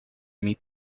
meet